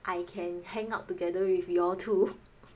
I can hang out together with y'all two